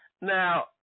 now